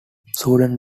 sudan